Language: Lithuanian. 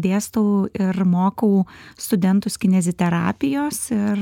dėstau ir mokau studentus kineziterapijos ir